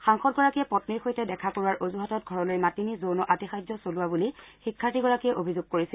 সাংসদগৰাকীয়ে পণ্ণীৰ সৈতে দেখা কৰোৱাৰ অজুহাতত ঘৰলৈ মাতি নি যৌন আতিশায্য চলোৱা বুলি শিক্ষাৰ্থীগৰাকীয়ে অভিযোগ কৰিছিল